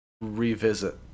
revisit